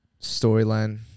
storyline